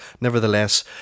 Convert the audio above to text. nevertheless